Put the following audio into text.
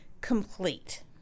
complete